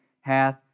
hath